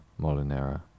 molinera